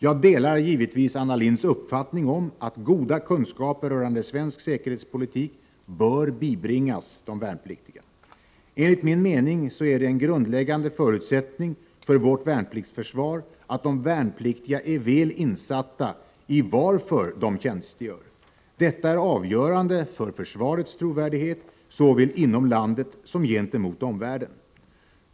Jag delar givetvis Anna Lindhs uppfattning om att goda kunskaper rörande svensk säkerhetspolitik bör bibringas de värnpliktiga. Enligt min mening är det en grundläggande förutsättning för vårt värnpliktsförsvar att de värnpliktiga är väl insatta i varför de tjänstgör. Detta är avgörande för försvarets trovärdighet såväl inom landet som gentemot omvärlden.